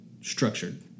structured